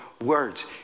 words